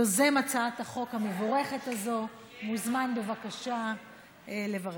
יוזם הצעת החוק המבורכת הזו, מוזמן בבקשה לברך.